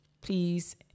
Please